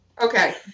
Okay